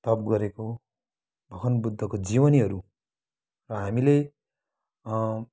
तप गरेको भगवान बुद्धको जीवनीहरू र हामीले